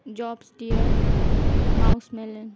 جابسٹیئر ماؤس ملن